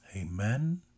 Amen